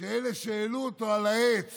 שאלו שהעלו אותו על העץ